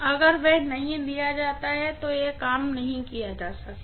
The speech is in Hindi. अगर वह नहीं दिया जाता है तो यह काम नहीं किया जा सकता है